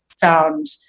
found